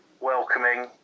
welcoming